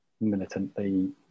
militantly